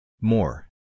More